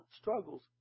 struggles